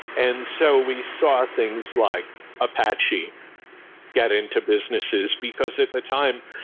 and so we saw things like apache get into businesses, because at the time,